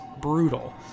brutal